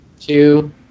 Two